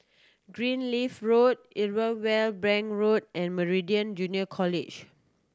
Greenleaf Road Irwell Bank Road and Meridian Junior College